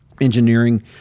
engineering